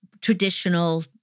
traditional